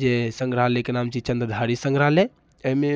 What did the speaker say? जे सङ्ग्रहालयके नाम छी चंद्रधारी सङ्ग्रहालय एहिमे